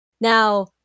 Now